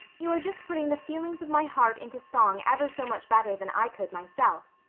you are just putting the feelings of my heart into song ever so much better than i could myself.